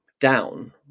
down